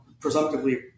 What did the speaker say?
presumptively